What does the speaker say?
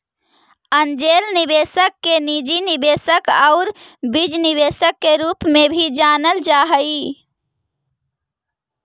angel निवेशक के निजी निवेशक आउ बीज निवेशक के रूप में भी जानल जा हइ